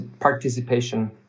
participation